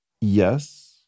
Yes